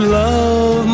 love